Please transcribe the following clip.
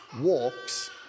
walks